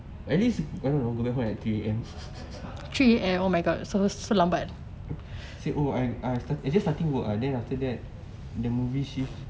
at least I don't know go back home at three A_M oh I I just starting work ah then after that the movie shift